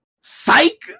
Psych